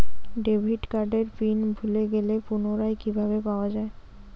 Debit কার্ডের pin ভুলে গেলে পুনরায় কিভাবে পাওয়া য়ায়?